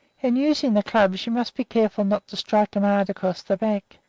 in using the clubs, you must be careful not to strike em hard across the back.